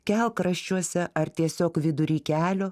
kelkraščiuose ar tiesiog vidury kelio